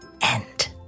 End